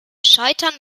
scheitern